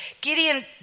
Gideon